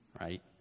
right